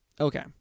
Okay